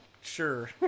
sure